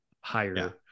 higher